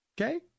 Okay